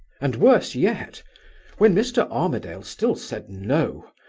and worse yet when mr. armadale still said no,